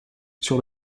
sur